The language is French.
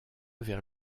vers